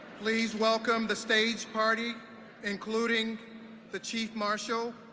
please welcome the stage party including the chief marshal,